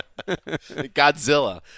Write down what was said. Godzilla